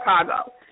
Chicago